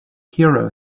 hero